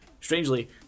strangely